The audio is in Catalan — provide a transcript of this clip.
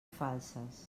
falses